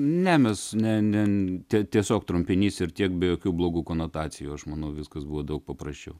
ne mes ne ne tie tiesiog trumpinys ir tiek be jokių blogų konotacijų aš manau viskas buvo daug paprasčiau